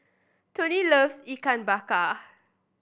Toni loves Ikan Bakar